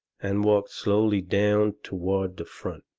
and walked slowly down toward the front.